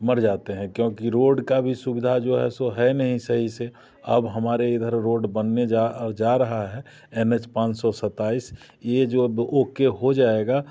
मर जाते हैं क्योंकि रोड का भी सुविधा जो है सो है नहीं सही से अब हमारे इधर रोड बनने बनने जा रहा है एन एच पाँच सौ सत्ताईस ये जो ओके हो जाएगा